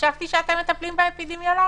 חשבתי שאתם מטפלים באפידמיולוגיה